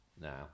now